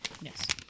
Yes